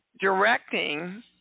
directing